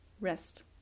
rest